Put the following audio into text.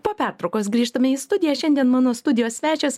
po pertraukos grįžtame į studiją šiandien mano studijos svečias